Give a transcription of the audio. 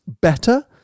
better